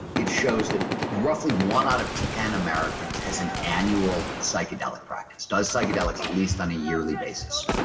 it shows that roughly one out of ten americans has an annual psychedelic practice, does psychedelics at least on a yearly basis.